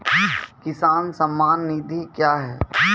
किसान सम्मान निधि क्या हैं?